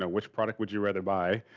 ah which product would you rather buy?